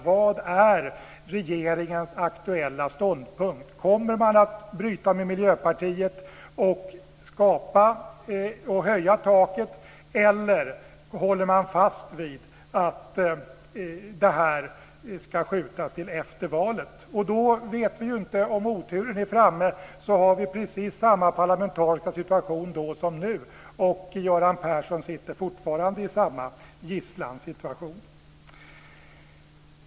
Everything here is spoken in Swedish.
Vad är regeringens aktuella ståndpunkt? Kommer man att bryta med Miljöpartiet och höja taket, eller håller man fast vid att det här ska skjutas upp till efter valet? Då vet vi inte om oturen är framme och vi har precis samma parlamentariska situation då som nu och om Göran Persson fortfarande sitter i samma gisslansituation.